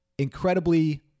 incredibly